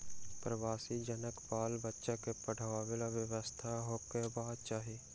प्रवासी जनक बाल बच्चा के पढ़बाक व्यवस्था होयबाक चाही